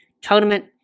tournament